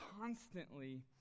constantly